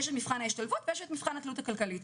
יש את מבחן ההשתלבות ויש את מבחן התלות הכלכלית.